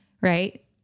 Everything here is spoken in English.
right